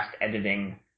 editing